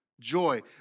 joy